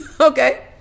okay